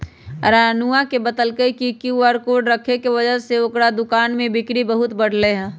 रानूआ ने बतल कई कि क्यू आर कोड रखे के वजह से ओकरा दुकान में बिक्री बहुत बढ़ लय है